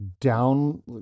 down